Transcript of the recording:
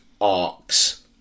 arcs